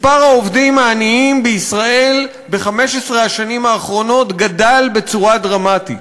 מספר העובדים העניים בישראל ב-15 השנים האחרונות גדל בצורה דרמטית.